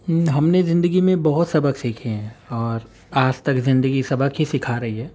ہم نے زندگی میں بہت سبق سیکھے ہیں اور آج تک زندگی سبق ہی سکھا رہی ہے